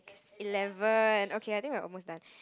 eleven okay I think we are almost done